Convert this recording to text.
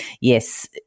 Yes